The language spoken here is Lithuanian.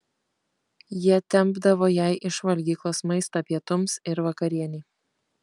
jie tempdavo jai iš valgyklos maistą pietums ir vakarienei